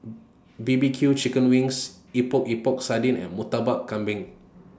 B B Q Chicken Wings Epok Epok Sardin and Murtabak Kambing